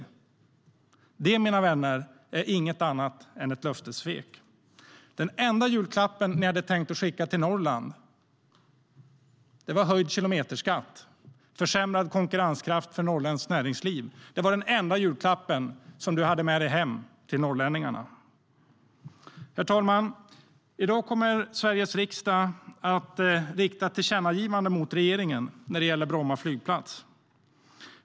Detta har ni bytt ut det första ni sa mot, och det, mina vänner, är inget annat än ett löftessvek. Den enda julklapp ni hade tänkt skicka till Norrland var höjd kilometerskatt och försämrad konkurrenskraft för norrländskt näringsliv. Det var den enda julklapp du hade med dig hem till norrlänningarna. Herr talman! I dag kommer Sveriges riksdag att rikta ett tillkännagivande mot regeringen när det gäller Bromma flygplats.